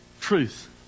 truth